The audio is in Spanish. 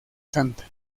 santa